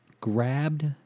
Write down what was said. grabbed